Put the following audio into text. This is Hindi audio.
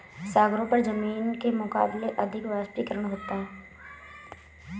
सागरों पर जमीन के मुकाबले अधिक वाष्पीकरण होता है